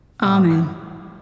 Amen